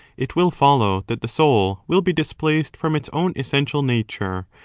it will follow that the soul will be displaced from its own essential nature,